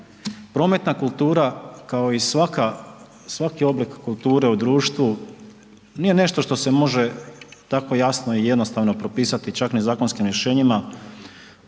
Prometna kultura kao i svaka, svaki oblik kulture u društvu nije nešto što se može tako jasno i jednostavno propisati čak ni zakonskim rješenjima,